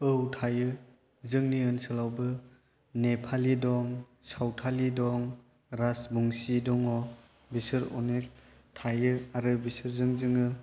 औ थायो जोंनि ओनसोलावबो नेपालि दं सावथालि दं रासबंशि दङ बिसोर अनेख थायो आरो बिसोरजों जोङो